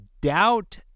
doubt